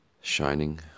shining